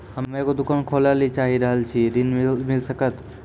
हम्मे एगो दुकान खोले ला चाही रहल छी ऋण मिल सकत?